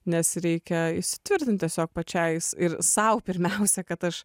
nes reikia įsitvirtint tiesiog pačiai jis ir sau pirmiausia kad aš